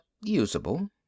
usable